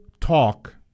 talk